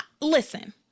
Listen